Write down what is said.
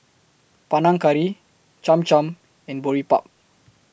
Panang Curry Cham Cham and Boribap